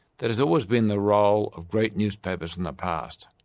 that has always been the role of great newspapers in the past.